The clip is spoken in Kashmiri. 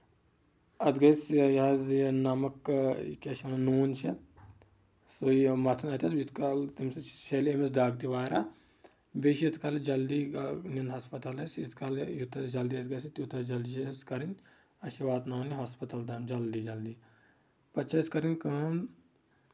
اَتھ گژھِ یہِ حظ یہِ نَمک کیٚاہ چھِ اَتھ وَنان نوٗن چھ سُے مَتھُن یوٗت کال تٔمۍ سۭتۍ شہلہِ أمِس دگ تہِ واریاہ بیٚیہِ چھُ یوٗت کال جلدی نیُن ہسپاتلس یوٗت کال یوٗتاہ جلدی اَسہِ گژھِ تیوٗتاہ جلدی چھٕ اَسہِ کرٕنۍ اَسہِ چھ واتناوُن یہِ ہسپَتال تام جلدی جلدی پَتہٕ چھےٚ اَسہِ کرٕنۍ کٲم